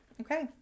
Okay